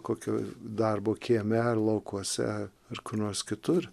kokio darbo kieme ar laukuose ar kur nors kitur